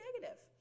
negative